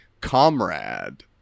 comrade